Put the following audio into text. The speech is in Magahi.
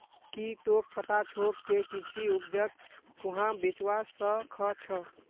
की तोक पता छोक के कृषि उपजक कुहाँ बेचवा स ख छ